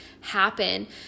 happen